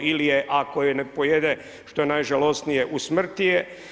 Ili je ako je ne pojede što je najžalosnije usmrti je.